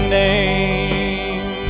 name